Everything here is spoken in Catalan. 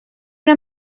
una